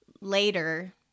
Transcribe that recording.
later